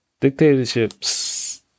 dictatorships